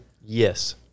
Yes